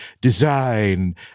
design